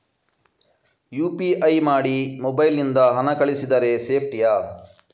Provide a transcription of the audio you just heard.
UPI ಮಾಡಿ mobile ನಿಂದ ಹಣ ಕಳಿಸಿದರೆ ಸೇಪ್ಟಿಯಾ?